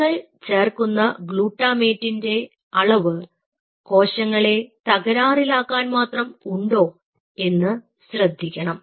നിങ്ങൾ ചേർക്കുന്ന ഗ്ലൂട്ടാമേറ്റിന്റെ അളവ് കോശങ്ങളെ തകരാറിലാക്കാൻ മാത്രം ഉണ്ടോ എന്ന് ശ്രദ്ധിക്കണം